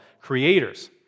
creators